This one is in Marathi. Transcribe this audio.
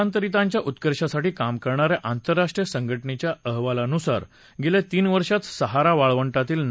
स्थलांतरितांच्या उत्कर्षासाठी काम करणा या आंतरराष्ट्रीय संघटनेच्या अहवालानुसार गेल्या तीन वर्षात सहारा वाळवंटातील ना